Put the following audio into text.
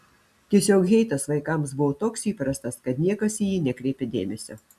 tiesiog heitas vaikams buvo toks įprastas kad niekas į jį nekreipė dėmesio